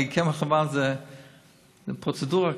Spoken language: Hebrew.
הרי קמח לבן זו פרוצדורה כבר,